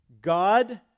God